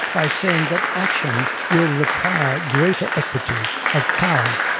by saying that action will require greater equity of power,